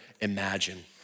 imagine